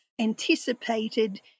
anticipated